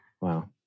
wow